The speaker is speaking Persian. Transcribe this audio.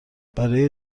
برای